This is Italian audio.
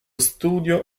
studio